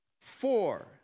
Four